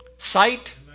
Sight